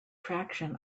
traction